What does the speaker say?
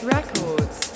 Records